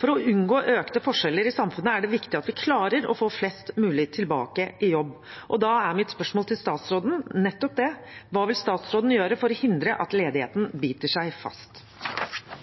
For å unngå økte forskjeller i samfunnet er det viktig at vi klarer å få flest mulig tilbake i jobb. Da er mitt spørsmål til statsråden nettopp det: Hva vil statsråden gjøre for å hindre at ledigheten biter seg fast?